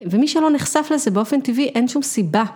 ומי שלא נחשף לזה באופן טבעי אין שום סיבה.